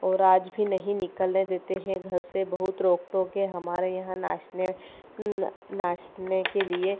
और आज भी नहीं निकलने देते हैं घर से बहुत रोक टोक है हमारे यहाँ नाचने नाचने के लिए